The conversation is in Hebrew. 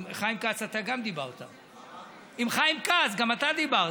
עם חיים כץ גם אתה דיברת.